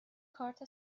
کارت